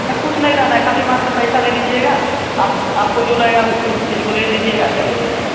क्या कुछ नहीं लाना है खाली मात्र पैसा ले लीजिएगा आप आपको जो लगेगा उस चीज़ को ले लीजिएगा चले आइएगा